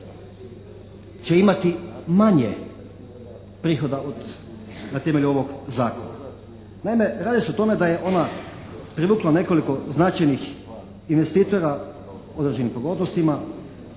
će imati manje prihoda na temelju ovog zakona. Naime, radi se o tome da je ona privukla nekoliko značajnih investitora u određenim pogodnostima